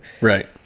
Right